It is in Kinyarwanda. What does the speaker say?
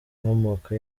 inkomoko